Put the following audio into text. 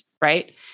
right